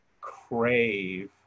crave